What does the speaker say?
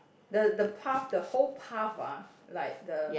the the path the whole path ah like the